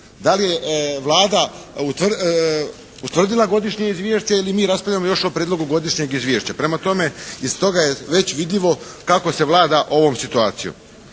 Da li je Vlada utvrdila godišnje izvješće, ili mi još raspravljamo o prijedlogu godišnjeg izvješća? Prema tome, iz toga je već vidljivo kako se vlada ovom situacijom.